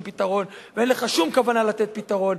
פתרון ואין לך שום כוונה לתת פתרון,